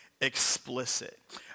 explicit